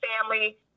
family